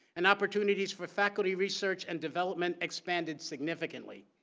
and opportunities for faculty research and development expanded significantly.